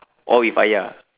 oh with ayah